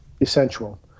essential